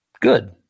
good